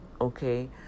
okay